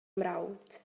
mrawd